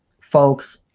folks